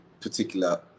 particular